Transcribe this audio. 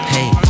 Hey